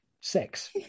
sex